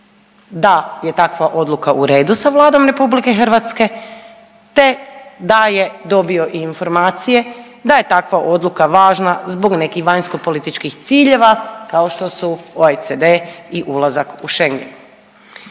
da je takva odluka u redu sa Vladom RH te da je dobio informacije da je takva odluka važna zbog nekih vanjskopolitičkih ciljeva, kao što su OECD i ulazak u Schengen.